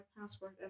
password